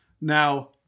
Now